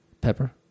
Pepper